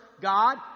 God